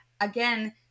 again